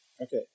Okay